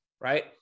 right